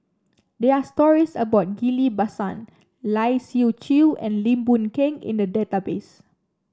there are stories about Ghillie Basan Lai Siu Chiu and Lim Boon Keng in the database